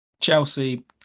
Chelsea